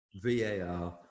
VAR